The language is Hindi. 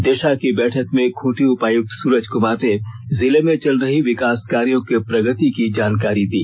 दिशा की बैठक में खूंटी उपायुक्त सूरज कुमार ने जिले में चल रही विकास कार्यों के प्रगति की जानकारी दी